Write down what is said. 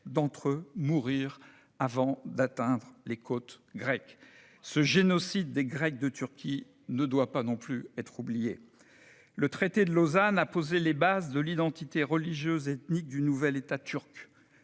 d'entre eux moururent avant d'atteindre les côtes grecques. Ce génocide des Grecs de Turquie ne doit pas non plus être oublié. C'est vrai ! Le traité de Lausanne a posé les bases de l'identité religieuse et ethnique du nouvel État turc.